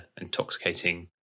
intoxicating